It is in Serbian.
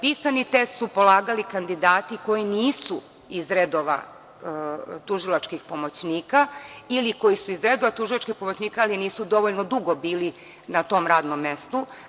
Pisani test su polagali kandidati koji nisu iz redova tužilačkih pomoćnika ili koji su iz redova tužilačkih pomoćnika ali nisu dovoljno dugo bili na tom radnom mestu.